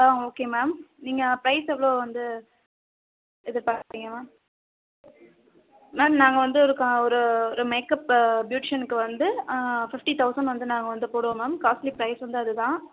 ஆ okay ma'am நீங்கள் price எவ்வளோ வந்து எதிர்பார்க்கறிங்க மேம் மேம் நாங்கள் வந்து ஒரு கா ஒரு ஒரு மேக்அப் ப்யூட்டிஷனுக்கு வந்து ஃபிஃப்டி தௌசண்ட் வந்து நாங்கள் வந்து போடுவோம் மேம் காஸ்ட்லி பிரைஸ் வந்து அது தான்